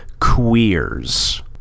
Queers